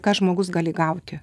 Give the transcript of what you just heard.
ką žmogus gali gauti